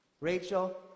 Rachel